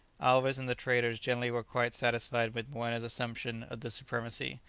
alvez and the traders generally were quite satisfied with moena's assumption of the supremacy,